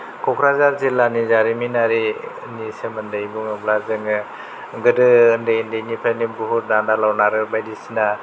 कक्राझार जिल्लानि जारिमिनारिनि सोमोन्दै बुङोब्ला जोङो गोदो उन्दै उन्दैनिफ्रायनो बुहुद आन्दलन आरो बायदिसिना